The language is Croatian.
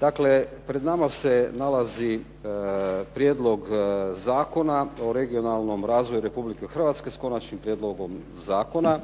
Dakle, pred nama se nalazi prijedlog Zakona o regionalnom razvoju RH s konačnim prijedlogom zakona